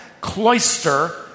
Cloister